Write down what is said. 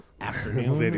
afternoon